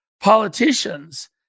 politicians